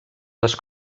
les